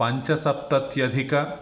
पञ्चसप्तत्यधिकः